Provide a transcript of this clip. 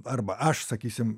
arba aš sakysim